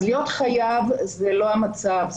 אז להיות חייב זה לא המצב,